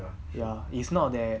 ya it's not that